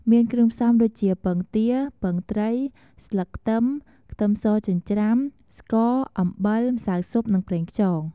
មានគ្រឿងផ្សំដូចជា ពងទា ពងត្រី ស្លឹកខ្ទឹម ខ្ទឹមសចិញ្ច្រាំ ស្ករ អំបិល ម្សៅស៊ុប និងប្រេងខ្យង។